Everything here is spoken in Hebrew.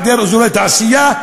היעדר אזורי תעשייה,